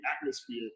atmosphere